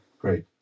great